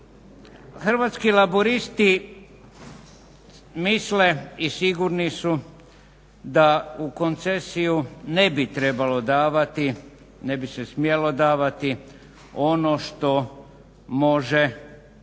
Hrvatski laburisti misle i sigurni su da u koncesiju ne bi trebalo davati, ne bi se smjelo davati ono što može onaj